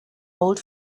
old